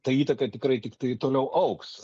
ta įtaka tikrai tiktai toliau augs